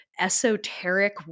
esoteric